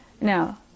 Now